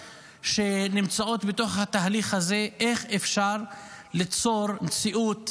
שנמצאות בתוך התהליך הזה על איך אפשר ליצור מציאות